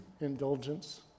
indulgence